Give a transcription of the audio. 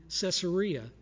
Caesarea